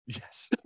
Yes